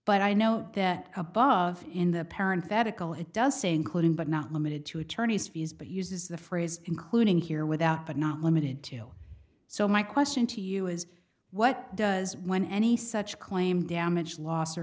but i note that above in the parent that it does say including but not limited to attorney's fees but uses the phrase including here without but not limited to so my question to you is what does when any such claim damage los